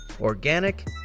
organic